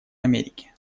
америки